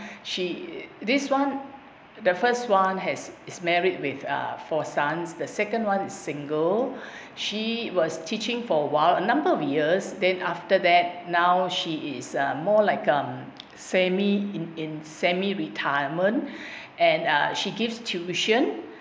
she this one the first one has he's married with uh four sons the second is one single she was teaching for a while a number of years then after that now she is uh more like um semi in in semi retirement and she gives tuition